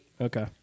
Okay